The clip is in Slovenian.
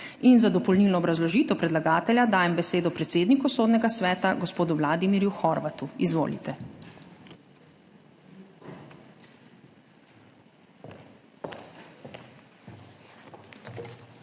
Za dopolnilno obrazložitev predlagatelja dajem besedo predsedniku Sodnega sveta gospodu Vladimirju Horvatu. Izvolite.